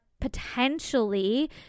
potentially